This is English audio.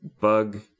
bug